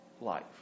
life